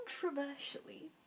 controversially